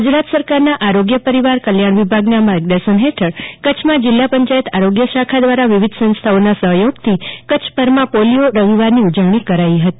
ગુજરાત સરકારના આરોગ્ય પરિવાર કલ્યાણ વિભાગના માર્ગદર્શન હેઠળ કચ્છમાં જિલ્લા પંચાયત આરોગ્ય શાખા દ્રારા વિવિધ સંસ્થાઓના સહયોગથી કચ્છભરમાં પોલિયો રવિવારની ઉજવણી કરાઈ હતી